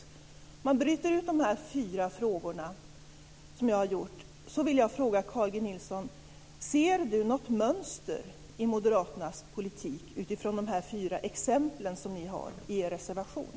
Om man bryter ut dessa fyra frågor som jag har gjort så vill jag ställa följande fråga till Carl G Nilsson: Ser Carl G Nilsson något mönster i Moderaternas politik utifrån dessa fyra exempel i er reservation?